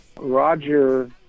Roger